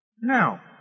Now